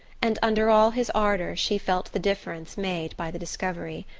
and under all his ardour she felt the difference made by the discovery.